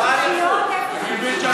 השאר יצאו.